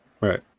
Right